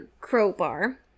crowbar